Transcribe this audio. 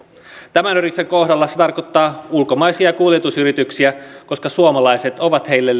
tämän yrityksen kohdalla se tarkoittaa ulkomaisia kuljetusyrityksiä koska suomalaiset ovat heille